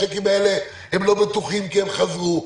הצ'קים האלה הם לא בטוחים כי הם חזרו.